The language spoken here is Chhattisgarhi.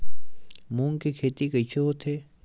मूंग के खेती कइसे होथे?